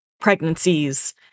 pregnancies